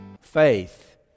faith